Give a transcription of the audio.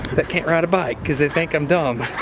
that can't ride a bike, cause they think i'm dumb.